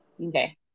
okay